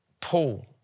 Paul